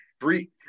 three